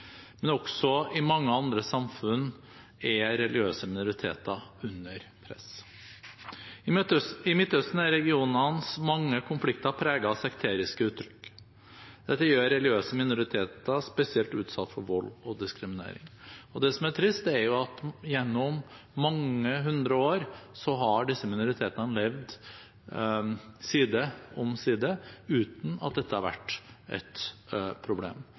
men også i mange andre samfunn er religiøse minoriteter under press. I Midtøsten er regionens mange konflikter preget av sekteriske uttrykk. Dette gjør religiøse minoriteter spesielt utsatt for vold og diskriminering. Det som er trist, er at gjennom mange hundre år har disse minoritetene levd side om side, uten at dette har vært et problem.